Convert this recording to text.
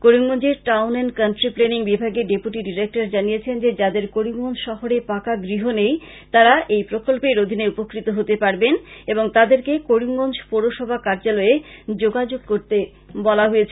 করিমগঞ্জের town and country planning বিভাগের deputy director জানিয়েছেন যে যাদের করিমগঞ্জ শহরে পাকা গৃহ নেই তারা প্রকল্পের অধীনে উপকৃত হতে পারবেন এবং তাদেরকে করিমগঞ্জ এই পৌরসভা কার্য্যালয়ে যোগাযোগ করতে বলা হয়েছে